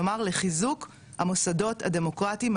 כלומר לחיזוק המוסדות הדמוקרטיים,